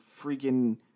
freaking